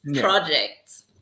projects